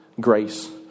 Grace